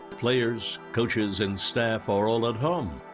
players, coaches, and staff are all at home,